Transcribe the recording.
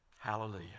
Hallelujah